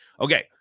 okay